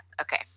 okay